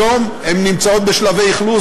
היום הן נמצאות בשלבי אכלוס.